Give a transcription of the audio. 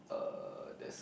uh